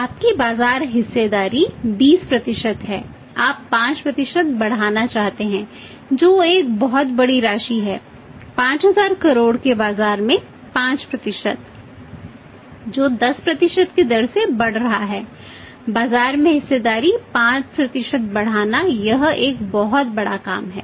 आपकी बाजार हिस्सेदारी 20 है आप 5 बढ़ाना चाहते हैं जो एक बहुत बड़ी राशि है 5000 करोड़ के बाजार में 5 जो 10 की दर से बढ़ रहा है बाजार में हिस्सेदारी 5 बढ़ाना यह एक बहुत बड़ा काम है